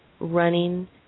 running